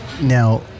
Now